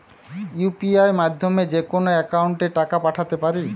UPI মাধ্যমে যেকোনো একাউন্টে টাকা পাঠাতে পারি?